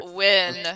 win